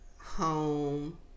home